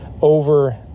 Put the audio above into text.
over